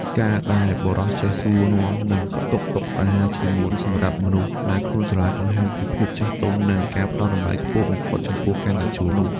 ការដែលបុរសចេះសួរនាំ និងកក់ទុកតុអាហារជាមុនសម្រាប់មនុស្សដែលខ្លួនស្រឡាញ់ បង្ហាញពីភាពចាស់ទុំ និងការផ្ដល់តម្លៃខ្ពស់បំផុតចំពោះការណាត់ជួបនោះ។